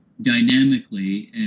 dynamically